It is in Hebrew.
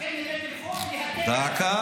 לכן הבאתם חוק, להקל על הפסילה.